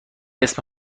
اسم